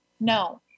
No